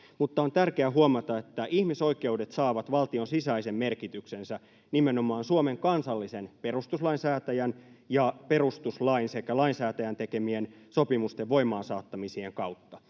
mutta on tärkeää huomata, että ihmisoikeudet saavat valtion sisäisen merkityksensä nimenomaan Suomen kansallisen perustuslainsäätäjän ja perustuslain sekä lainsäätäjän tekemien sopimusten voimaansaattamisien kautta.